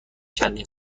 چندین